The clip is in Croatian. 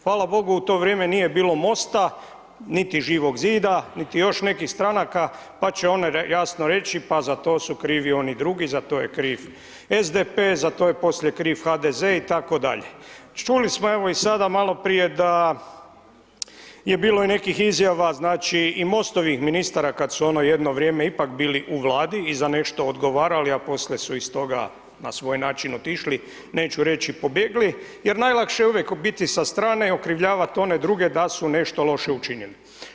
Hvala bogu u to vrijeme nije bilo MOST-a, niti Živog zida, niti još nekih stranaka, pa će one jasno reći pa za to su krivi oni drugi za to je kriv SDP, za to je poslije kriv HDZ itd., čuli smo evo i sada maloprije da je bilo i nekih izjava znači i MOST-ovih ministara kad su ono jedno vrijeme ipak bili u Vladi i za nešto odgovarali, poslije su iz toga na svoj način otišli, neću reći pobegli, jer najlakše je uvijek biti sa strane i okrivljavat one druge da su nešto loše učinili.